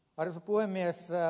arvoisa puhemies